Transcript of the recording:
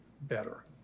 better